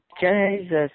Jesus